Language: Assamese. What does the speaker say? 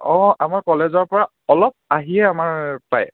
অঁ আমাৰ কলেজৰ পৰা অলপ আহিয়ে আমাৰ পায়